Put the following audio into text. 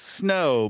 snow